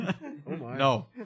No